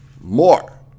more